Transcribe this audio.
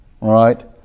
Right